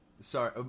Sorry